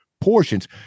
portions